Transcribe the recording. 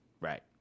right